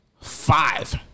five